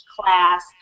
class